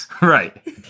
right